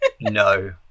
no